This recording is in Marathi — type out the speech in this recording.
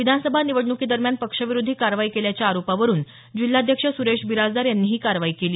विधानसभा निवडणुकीदरम्यान पक्षविरोधी कारवाई केल्याच्या आरोपावरुन जिल्हाध्यक्ष सुरेश बिराजदार यांनी ही कारवाई केली